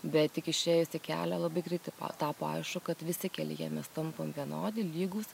bet tik išėjus į kelią labai greitai tapo aišku kad visi kelyje mes tampam vienodi lygūs